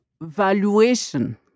valuation